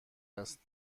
است